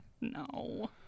No